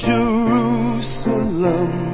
Jerusalem